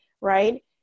right